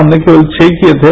हमने केवल छह किए थे